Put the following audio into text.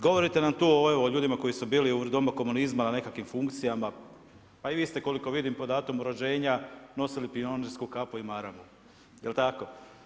Govorite nam tu o ljudima koji su bili u doba komunizma na nekakvim funkcijama, pa i vi ste koliko vidim po datumu rođenja nosili pionirsku kapu i maramu, jel' tako?